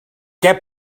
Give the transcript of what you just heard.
què